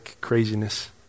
craziness